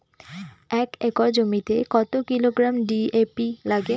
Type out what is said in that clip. এক একর জমিতে কত কিলোগ্রাম ডি.এ.পি লাগে?